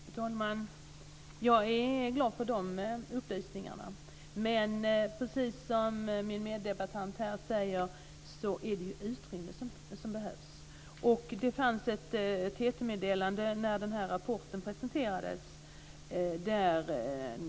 Fru talman! Jag är glad för de upplysningarna. Men precis som min meddebattör säger behövs det utrymme. Det kom ett TT-meddelande när rapporten presenterades.